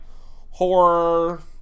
horror